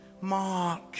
Mark